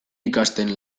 ikasten